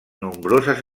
nombroses